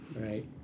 right